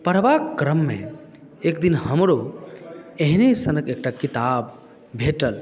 पढ़बाक क्रममे एक दिन हमरो एहने सनक एकटा किताब भेटल